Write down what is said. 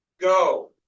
go